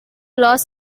los